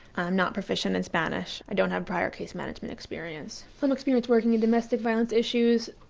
i'm not proficient in spanish. i don't have prior case management experience. some experience working in domestic violence issues?